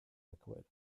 liquid